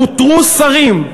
פוטרו שרים,